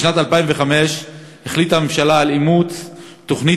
בשנת 2005 החליטה הממשלה על אימוץ תוכנית